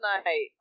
tonight